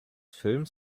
films